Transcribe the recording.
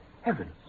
heavens